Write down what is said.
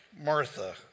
Martha